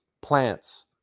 plants